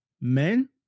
Men